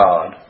God